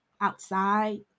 outside